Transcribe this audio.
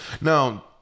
Now